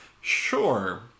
sure